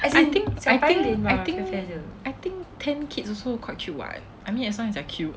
I think I think I think I think tanned kids also quite cute [what] I mean as long as they're cute